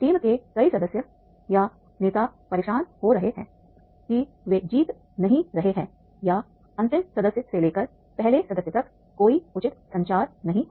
team के कई सदस्य या नेता परेशान हो रहे हैं कि वे जीते नहीं हैं या अंतिम सदस्य से लेकर पहले सदस्य तक कोई उचित संचार नहीं है